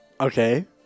Okay